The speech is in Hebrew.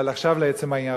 אבל עכשיו לעצם העניין.